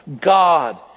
God